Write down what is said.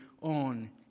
on